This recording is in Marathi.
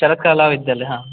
शरद कला विद्यालय हा